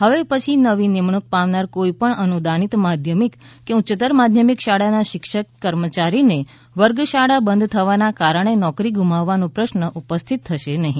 હવે પછી નવી નિમણૂક પામનાર કોઇપણ અનુદાનિત માધ્યમિક કે ઉચ્યત્તર માધ્યમિક શાળાના શિક્ષક કર્મચારીને વર્ગ શાળા બંધ થવાના કારણે નોકરી ગુમાવવાનો પ્રશ્ન ઉપસ્થિત થશે નહી